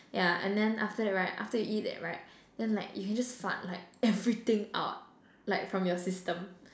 yeah and then after that right after you eat that right then like you can just fart like everything out like from your system